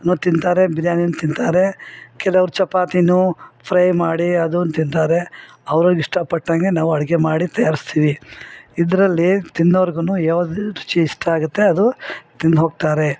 ನು ತಿಂತಾರೆ ಬಿರಿಯಾನಿ ತಿಂತಾರೆ ಕೆಲವ್ರು ಚಪಾತಿ ಫ್ರೈ ಮಾಡಿ ಅದುನ್ನ ತಿಂತಾರೆ ಅವ್ರಿಗ್ ಇಷ್ಟಪಟ್ಟಂಗೆ ನಾವು ಅಡುಗೆ ಮಾಡಿ ತಯಾರಿಸ್ತೀವಿ ಇದರಲ್ಲಿ ತಿನ್ನೋರ್ಗು ಯಾವುದೇ ರುಚಿ ಇಷ್ಟ ಆಗುತ್ತೆ ಅದು ತಿಂದ್ಹೋಗ್ತಾರೆ